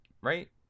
right